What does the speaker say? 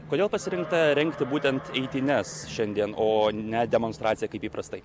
kodėl pasirinkta rengti būtent eitynes šiandien o ne demonstraciją kaip įprastai